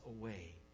away